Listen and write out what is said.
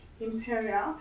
Imperial